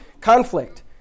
conflict